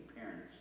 parents